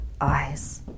eyes